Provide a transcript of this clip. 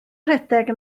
rhedeg